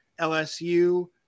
LSU